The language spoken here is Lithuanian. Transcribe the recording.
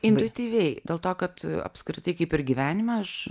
intuityviai dėl to kad apskritai kaip ir gyvenime aš